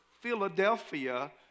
Philadelphia